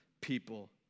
people